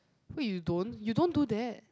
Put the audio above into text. wait you don't you don't do that